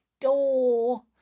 door